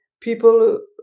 people